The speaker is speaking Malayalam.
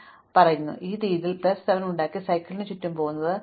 ഞാൻ ഈ രീതിയിൽ പ്ലസ് 7 ഉണ്ടാക്കി സൈക്കിളിന് ചുറ്റും പോകുന്നത് എന്നെ പ്ലസ് 2 ആക്കും